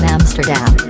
Amsterdam